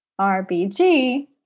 RBG